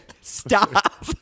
Stop